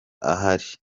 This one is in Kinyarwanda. ahari